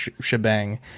shebang